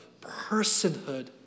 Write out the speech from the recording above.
personhood